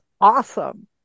awesome